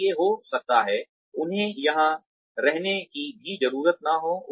इसलिए हो सकता है उन्हें यहां रहने की भी जरूरत न हो